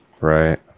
right